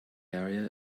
area